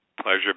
Pleasure